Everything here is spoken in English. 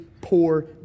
poor